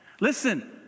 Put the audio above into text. Listen